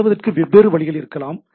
கையாளுவதற்கு வெவ்வேறு வழிகள் இருக்கலாம்